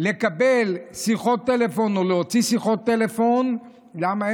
לקבל שיחות טלפון או להוציא שיחות טלפון, למה?